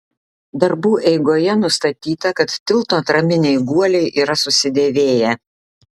darbų eigoje nustatyta kad tilto atraminiai guoliai yra susidėvėję